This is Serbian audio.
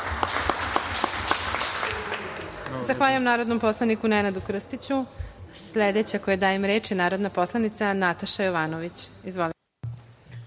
Zahvaljujem narodnom poslaniku Nenadu Krstiću. Sledeća se za reč javila narodna poslanica Nataša Jovanović.